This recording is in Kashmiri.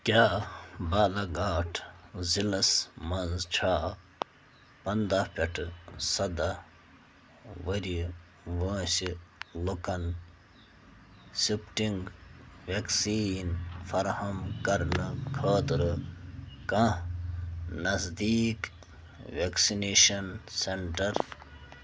کیٛاہ بالاگھاٹ ضِلعس منٛز چھےٚ پنٛداہ پٮ۪ٹھٕ سداہ ؤریہِ وٲنٛسہِ لُکن سِپٹِنٛگ وٮ۪کسیٖن فراہم کرنہٕ خٲطرٕ کانٛہہ نزدیٖک وٮ۪کسِنیشَن سٮ۪نٛٹَر